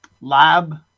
lab